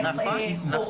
אבל,